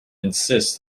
insists